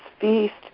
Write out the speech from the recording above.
feast